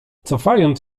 cofając